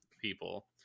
people